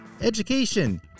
education